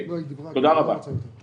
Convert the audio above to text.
"שוברים את הכלים" על מה שמעניין אותו,